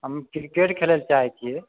हम क्रिकेट खेलै लए चाहै छियै